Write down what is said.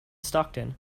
stockton